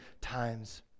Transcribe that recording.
times